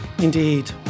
Indeed